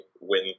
win